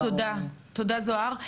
תודה, זוהר.